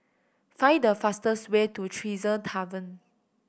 find the fastest way to Tresor Tavern